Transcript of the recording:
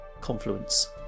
confluence